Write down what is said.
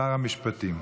שר המשפטים.